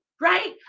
right